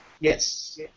Yes